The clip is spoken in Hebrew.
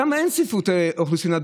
שם אין צפיפות אוכלוסין,